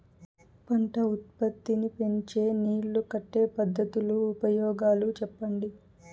పంట ఉత్పత్తి నీ పెంచే నీళ్లు కట్టే పద్ధతుల ఉపయోగాలు చెప్పండి?